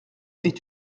est